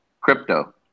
Crypto